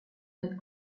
that